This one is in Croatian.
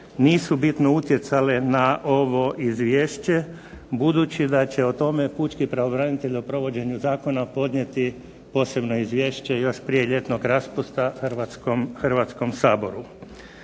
nisu bitno utjecale na ovo izvješće budući da će o tome pučki pravobranitelj o provođenju zakona podnijeti posebno izvješće još prije ljetnog raspusta Hrvatskom saboru.